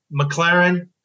McLaren